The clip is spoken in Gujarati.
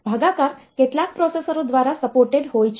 ભાગાકાર કેટલાક પ્રોસેસરો દ્વારા સપોર્ટેડ હોય છે